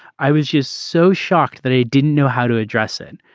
i was just so shocked that i didn't know how to address it.